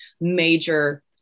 major